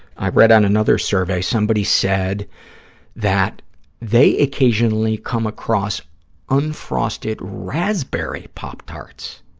i read on another survey, somebody said that they occasionally come across unfrosted raspberry pop tarts.